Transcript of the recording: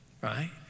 Right